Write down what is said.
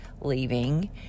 leaving